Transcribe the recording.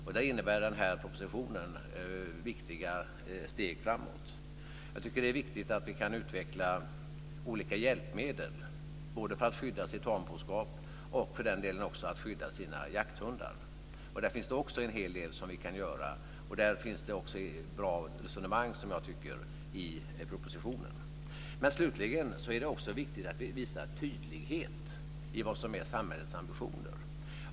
Där innebär propositionen viktiga steg framåt. Jag tycker att det är viktigt att vi kan utveckla olika hjälpmedel både för att skydda tamboskap och för den delen att skydda jakthundar. Där finns det en hel del som vi kan göra, och där finns det bra resonemang i propositionen. Slutligen är det också viktigt att vi visar tydlighet i vad som är samhällets ambitioner.